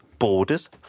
borders